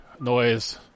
noise